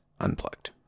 Unplugged